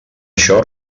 això